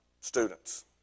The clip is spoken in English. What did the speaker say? students